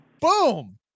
boom